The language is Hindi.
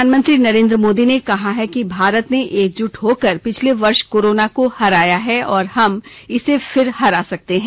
प्रधानमंत्री नरेन्द्र मोदी ने कहा है कि भारत ने एकजुट होकर पिछले वर्ष कोरोना को हराया है और हम इसे फिर हरा सकते हैं